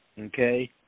Okay